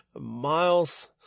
Miles